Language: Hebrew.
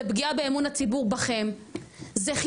זאת פגיעה באמון הציבור בכם.